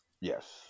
yes